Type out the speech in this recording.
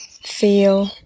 feel